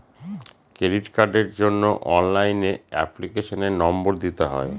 credit কার্ডের জন্য অনলাইনে এপ্লিকেশনের নম্বর দিতে হয়